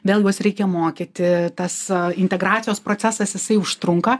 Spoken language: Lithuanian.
vėl juos reikia mokyti tas integracijos procesas jisai užtrunka